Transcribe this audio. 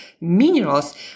minerals